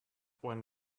when